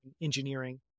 engineering